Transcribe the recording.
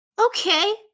okay